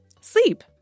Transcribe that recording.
Sleep